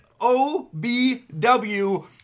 OBW